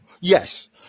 Yes